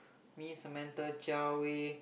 me Samantha Jia Wei